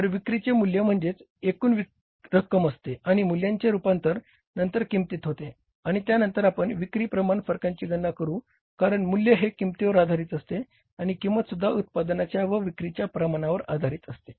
तर विक्रीचे मूल्य म्हणजे एकूण रक्कम असते आणि मूल्याचे रूपांतर नंतर किंमतीत होते आणि त्यानंतर आपण विक्री प्रमाण फरकांची गणना करू कारण मूल्य हे किंमतीवर आधारित असते आणि किंमतसुद्धा उत्पदनाच्या व विक्रीच्या प्रमाणावर आधारित असते